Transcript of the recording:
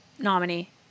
nominee